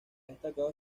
destacado